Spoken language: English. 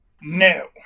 No